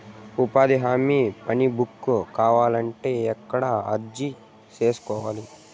ఉపాధి హామీ పని బుక్ కావాలంటే ఎక్కడ అర్జీ సేసుకోవాలి?